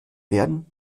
werden